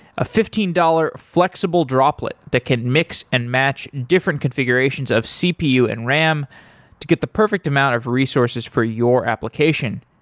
a fifteen dollars flexible droplet that can mix and match different configurations of cpu and ram to get the perfect amount of resources for your application.